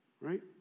right